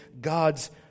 God's